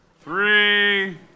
three